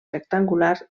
rectangular